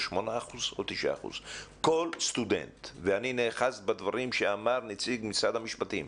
8% או 9%. אני נאחז בדברים שאמר נציג משרד המשפטים,